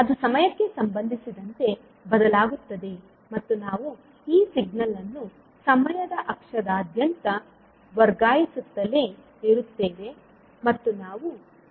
ಅದು ಸಮಯಕ್ಕೆ ಸಂಬಂಧಿಸಿದಂತೆ ಬದಲಾಗುತ್ತದೆ ಮತ್ತು ನಾವು ಈ ಸಿಗ್ನಲ್ ಅನ್ನು ಸಮಯದ ಅಕ್ಷದಾದ್ಯಂತ ವರ್ಗಾಯಿಸುತ್ತಲೇ ಇರುತ್ತೇವೆ ಮತ್ತು ನಾವು ಗುಣಿಸಲು ಪ್ರಯತ್ನಿಸುತ್ತೇವೆ